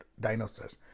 dinosaurs